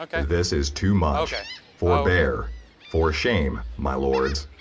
this is too much forbeare for shame my lords